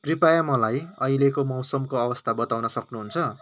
कृपया मलाई अहिलेको मौसमको अवस्था बताउन सक्नुहुन्छ